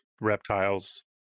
reptiles